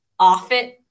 Offit